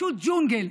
פשוט ג'ונגל.